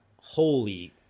Holy